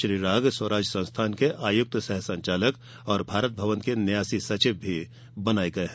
श्री राग स्वराज संस्थान के आयुक्त सह संचालक और भारत भवन के न्यासी सचिव भी बनाये गये हैं